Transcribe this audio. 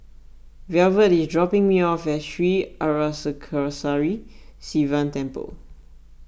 velvet is dropping me off at Sri Arasakesari Sivan Temple